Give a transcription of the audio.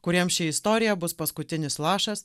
kuriems ši istorija bus paskutinis lašas